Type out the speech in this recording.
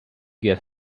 get